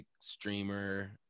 streamer